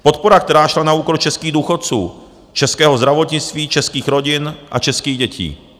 Podpora, která šla na úkor českých důchodců, českého zdravotnictví, českých rodin a českých dětí.